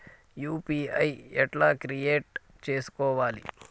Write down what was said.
UPI ఎట్లా create చేసుకోవాలి?